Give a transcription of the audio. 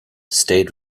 stayed